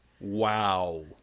Wow